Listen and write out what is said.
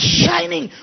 shining